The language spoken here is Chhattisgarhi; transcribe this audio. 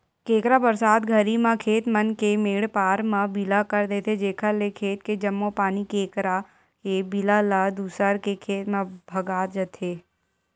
केंकरा बरसात घरी म खेत मन के मेंड पार म बिला कर देथे जेकर ले खेत के जम्मो पानी केंकरा के बिला ले दूसर के खेत म भगा जथे